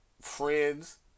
friends